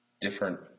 different